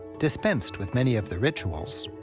dispensed with many of the rituals,